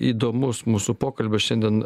įdomus mūsų pokalbio šiandien